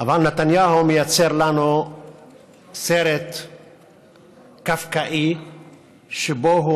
אבל נתניהו מייצר לנו סרט קפקאי שבו הוא